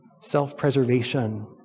self-preservation